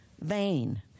vain